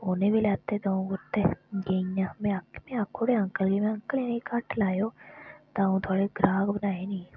उनें बी लैते दं'ऊ कुर्ते गेइयां में आखुडेआ अंकल गी महा अंकल इनें घट्ट लाएओ दं'ऊ थुहाड़े ग्राहक बनाए नी